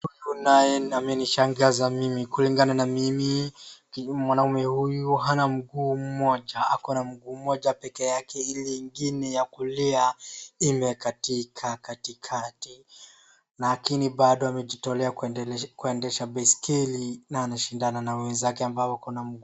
Huyu naye amenishangaza mimi, kulingana na mimi mwanamume huyu hana mguu mmoja. Akona mguu mmoja pekee yake, ile ingine ya kulia imekatika katikati. Lakini bado amejitolea kuendesha baiskeli na anashindana na wenzake ambao wako na mguu.